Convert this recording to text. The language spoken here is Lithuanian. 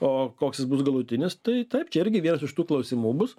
o koks jis bus galutinis tai taip čia irgi vienas iš tų klausimų bus